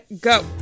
go